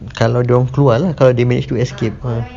kalau dia orang keluar lah kalau dia manage to escape ah